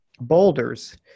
boulders